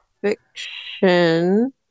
Fiction